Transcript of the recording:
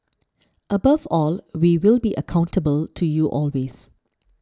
above all we will be accountable to you always